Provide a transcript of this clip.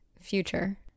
future